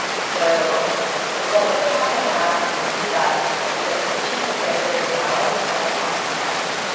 so what would happen after you did that is that the patient would get a very mild smallpox infection.